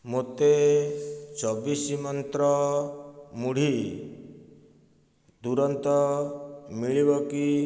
ମୋତେ ଚବିଶି ମନ୍ତ୍ର ମୁଢ଼ି ତୁରନ୍ତ ମିଳିବ କି